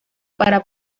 para